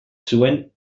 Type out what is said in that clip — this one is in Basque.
zuen